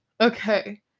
Okay